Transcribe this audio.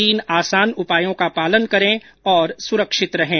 तीन आसान उपायों का पालन करें और सुरक्षित रहें